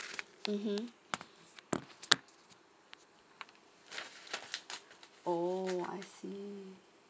mm oh I see